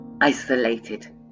isolated